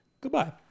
Goodbye